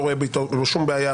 אני לא רואה איתו שום בעיה.